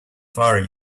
far